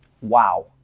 Wow